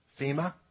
FEMA